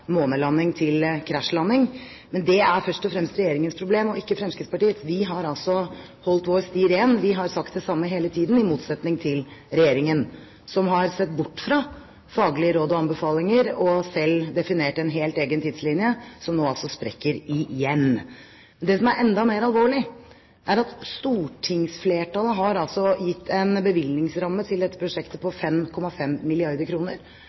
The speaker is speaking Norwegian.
månelanding til krasjlanding. Men det er først og fremst Regjeringens problem og ikke Fremskrittspartiets. Vi har altså holdt vår sti ren. Vi har sagt det samme hele tiden, i motsetning til Regjeringen som har sett bort fra faglige råd og anbefalinger, og som selv har definert en helt egen tidslinje – som nå sprekker igjen. Det som er enda mer alvorlig, er at stortingsflertallet har gitt en bevilgningsramme til dette prosjektet på 5,5 milliarder